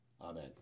Amen